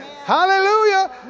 Hallelujah